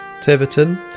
Tiverton